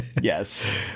Yes